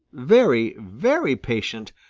very, very patient,